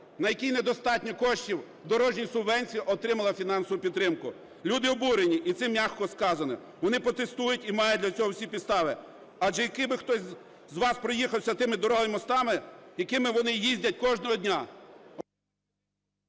якій недостатньо коштів дорожньої субвенції, отримала фінансову підтримку. Люди обурені, і це м'яко сказано. Вони протестують і мають для цього всі підстави. Адже, якби хтось із вас проїхався тими дорогами і мостами, якими вони їздять кожного дня…